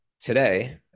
today